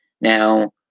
now